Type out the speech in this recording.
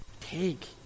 Take